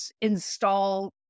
install